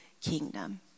kingdom